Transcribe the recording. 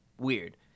Weird